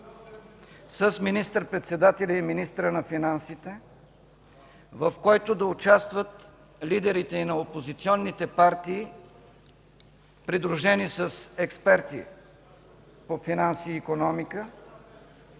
с министър-председателя и министъра на финансите, в който да участват лидерите и на опозиционните партии, придружени с експерти по финанси и икономика,